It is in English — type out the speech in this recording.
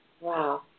Wow